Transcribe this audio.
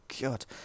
god